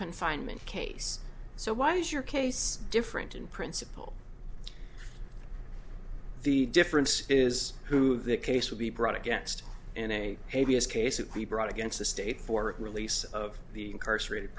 confinement case so why is your case different in principle the difference is who the case would be brought against in a baby as cases brought against the state for release of the incarcerated